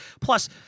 Plus